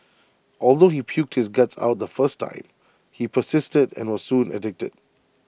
although he puked his guts out the first time he persisted and was soon addicted